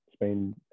Spain